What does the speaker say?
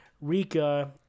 Rika